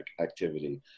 activity